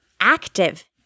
active